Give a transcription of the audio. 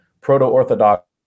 proto-Orthodox